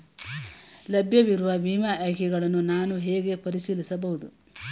ಲಭ್ಯವಿರುವ ವಿಮಾ ಆಯ್ಕೆಗಳನ್ನು ನಾನು ಹೇಗೆ ಪರಿಶೀಲಿಸಬಹುದು?